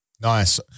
Nice